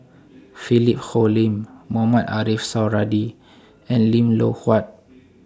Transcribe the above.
Philip Hoalim Mohamed Ariff Suradi and Lim Loh Huat